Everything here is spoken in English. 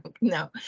No